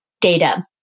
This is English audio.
data